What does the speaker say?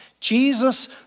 Jesus